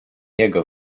jego